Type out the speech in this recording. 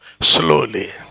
slowly